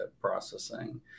processing